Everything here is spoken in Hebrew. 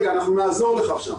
נעזור לך שם.